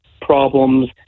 problems